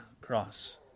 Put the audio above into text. cross